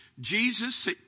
Jesus